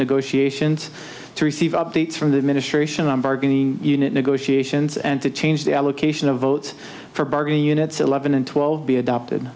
negotiations to receive updates from the administration on bargaining unit negotiations and to change the allocation of votes for bargain units eleven and twelve be adopted